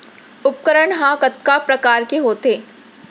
उपकरण हा कतका प्रकार के होथे?